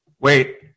Wait